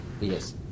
Yes